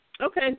Okay